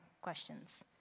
questions